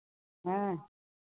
हाँ